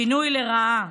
שינוי לרעה.